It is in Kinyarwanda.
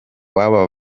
w’aba